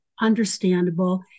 understandable